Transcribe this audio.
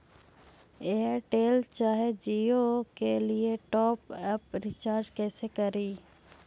Airtel चाहे जियो के लिए टॉप अप रिचार्ज़ कैसे करी?